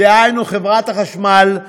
דהיינו חברת החשמל,